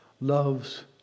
loves